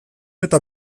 eta